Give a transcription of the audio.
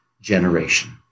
generation